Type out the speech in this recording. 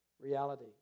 reality